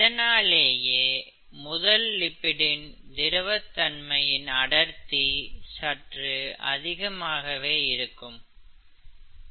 இதனாலேயே முதல் லிப்டின் திரவதன்மைஇன் அடர்த்தி சற்று அதிகமாகவே இருக்கும்